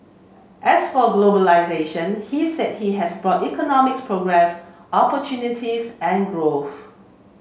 as for globalisation he said he has brought economic progress opportunities and growth